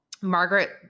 Margaret